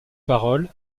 paroles